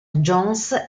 jones